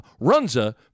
Runza